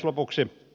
lopuksi